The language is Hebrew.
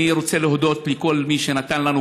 אני רוצה להודות לכל מי שנתן לנו,